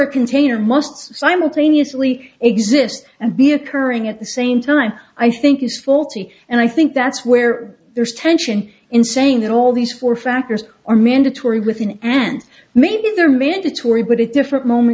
a container most simultaneously exist and be occurring at the same time i think is faulty and i think that's where there is tension in saying that all these four factors are mandatory within and maybe they're mandatory but it different moment